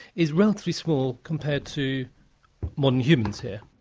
is relatively small compared to modern humans here.